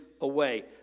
away